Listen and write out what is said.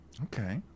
Okay